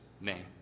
name